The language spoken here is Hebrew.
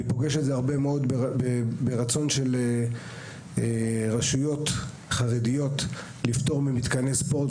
אני פוגש את זה הרבה מאוד ברצון של רשויות חרדיות לפטור ממתקני ספורט.